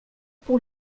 pour